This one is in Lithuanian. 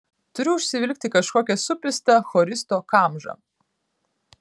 turiu užsivilkti kažkokią supistą choristo kamžą